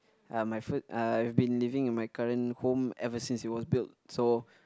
uh my f~ uh I've been living in my current home ever since it was built so